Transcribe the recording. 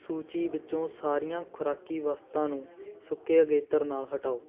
ਸੂਚੀ ਵਿੱਚੋਂ ਸਾਰੀਆਂ ਖੁਰਾਕੀ ਵਸਤਾਂ ਨੂੰ ਸੁੱਕੇ ਅਗੇਤਰ ਨਾਲ ਹਟਾਓ